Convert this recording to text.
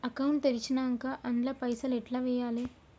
Account తెరిచినాక అండ్ల పైసల్ ఎట్ల వేయాలే?